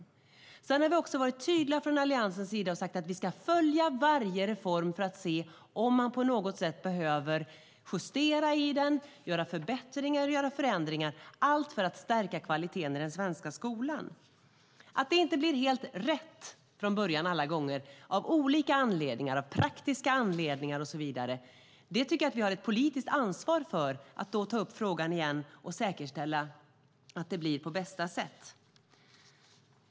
Vi har från Alliansens sida också varit tydliga med att vi ska följa varje reform för att se om den på något sätt behöver justeras, förbättras eller förändras - allt för att stärka kvaliteten i den svenska skolan. Om det av olika anledningar, praktiska och andra, inte blir helt rätt från början alla gånger har vi ett politiskt ansvar för att ta upp frågan igen och säkerställa att det blir på bästa sätt.